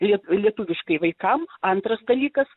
liet lietuviškai vaikam antras dalykas